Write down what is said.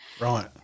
Right